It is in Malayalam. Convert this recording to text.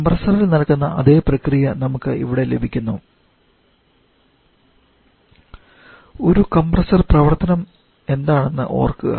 കംപ്രസ്സർ ഇൽ നടക്കുന്ന അതേ പ്രക്രിയ നമുക്ക് ഇവിടെ ലഭിക്കുന്നു ഒരു കംപ്രസ്സർ പ്രവർത്തനം എന്താണെന്ന് ഓർക്കുക